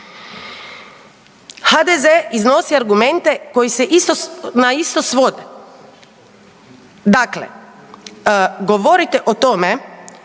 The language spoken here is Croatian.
HDZ iznosi argumente koji se na isto svode dakle, govorite o tome